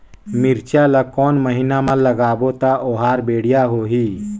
मिरचा ला कोन महीना मा लगाबो ता ओहार बेडिया होही?